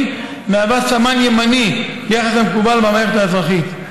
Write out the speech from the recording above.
מהווה סמן ימני ביחס למקובל במערכת האזרחית.